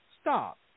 Stop